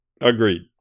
Agreed